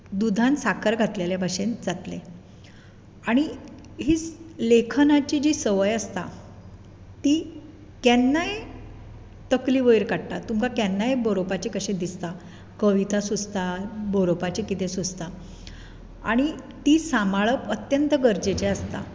दुदान साकर घातलेल्या भशेन जातलें आनी ही लेखनाची जी संवय आसता ती केन्नाय तकली वयर काडटा तुमकां केन्नाय बरोवपाचें अशें दिसता कविता सुचता बरोवपाचें कितें सुचता आनी ती सांबाळप अत्यंत गरजेचें आसता